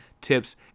tips